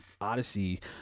Odyssey